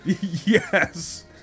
yes